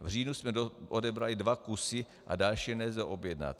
V říjnu jsme odebrali dva kusy a další nelze objednat.